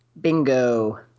Bingo